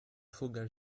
vogel